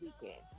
weekend